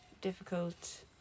difficult